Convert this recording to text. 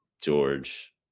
George